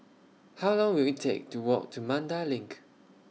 How Long Will IT Take to Walk to Mandai LINK